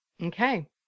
Okay